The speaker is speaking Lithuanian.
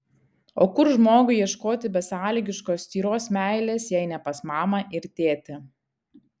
o kur žmogui ieškoti besąlygiškos tyros meilės jei ne pas mamą ir tėtį